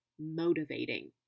motivating